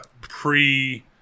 pre